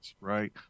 right